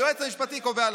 היועץ המשפטי קובע לשר.